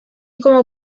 como